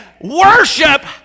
worship